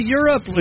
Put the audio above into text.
Europe